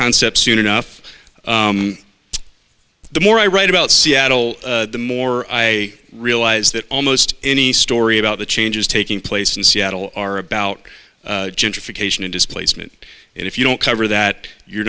concept soon enough the more i write about seattle the more i realize that almost any story about the changes taking place in seattle are about gentrification and displacement and if you don't cover that you're